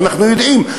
ואנחנו יודעים,